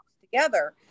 together